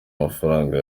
amafaranga